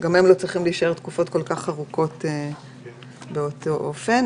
גם הם לא צריכים להישאר תקופות כל כך ארוכות באותו אופן.